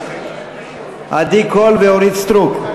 עדי קול ואורית סטרוק,